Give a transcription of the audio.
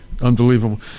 Unbelievable